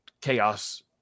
chaos